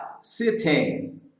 sitting